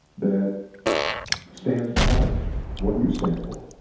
that stands behind what you stand for?